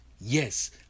Yes